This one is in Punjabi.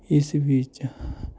ਇਸ ਵਿੱਚ